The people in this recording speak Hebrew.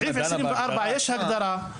בסעיף 24 יש הגדרה.